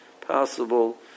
possible